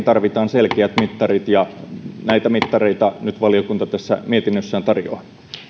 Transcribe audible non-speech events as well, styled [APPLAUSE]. [UNINTELLIGIBLE] tarvitaan selkeät mittarit ja näitä mittareita valiokunta nyt tässä mietinnössään tarjoaa